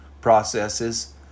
processes